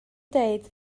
dweud